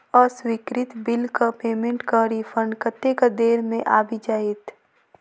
अस्वीकृत बिलक पेमेन्टक रिफन्ड कतेक देर मे आबि जाइत?